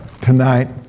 tonight